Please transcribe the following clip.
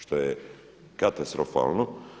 Što je katastrofalno.